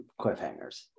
cliffhangers